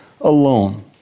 alone